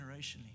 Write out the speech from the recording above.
generationally